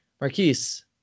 Marquise